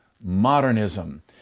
modernism